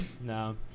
no